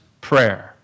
prayer